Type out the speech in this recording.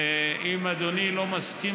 אם אדוני לא מסכים